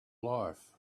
life